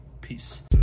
Peace